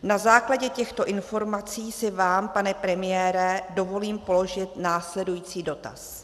Na základě těchto informací si vám, pane premiére, dovolím položit následující dotaz.